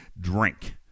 Drink